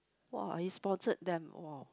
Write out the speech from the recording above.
!wow! he sponsored them !wow!